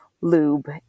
lube